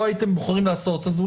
אם לא הייתם בוחרים לעשות את זה,